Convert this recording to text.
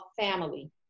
family